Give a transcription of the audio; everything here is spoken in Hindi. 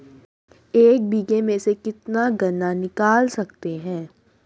एक बीघे में से कितना गन्ना निकाल सकते हैं?